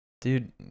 Dude